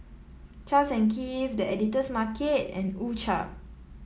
Charles and Keith The Editor's Market and U Cha